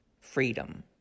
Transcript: freedom